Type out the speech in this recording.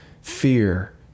fear